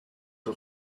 for